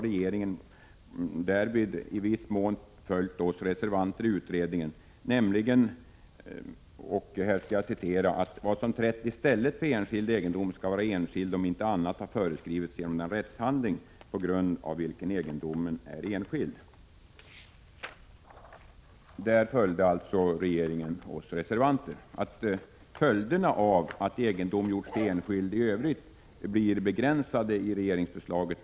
Regeringen har därvid i viss mån följt oss reservanter i utredningen, nämligen beträffande avsnittet där regeringen skriver att vad som ”trätt i stället för enskild egendom skall vara enskild om inte annat har föreskrivits genom den rättshandling på grund av vilken egendom är enskild”. Där följde alltså regeringen oss reservanter. Följderna av att egendom gjorts till enskild i övrigt blir begränsade enligt regeringsförslaget.